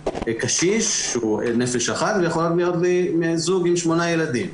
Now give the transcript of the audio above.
קשיש שהוא נפש אחת ויכולים להיות בני זוג עם שמונה ילדים.